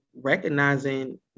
recognizing